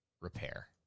repair